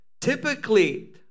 typically